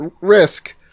risk